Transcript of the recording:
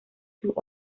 sus